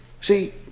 see